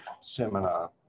seminar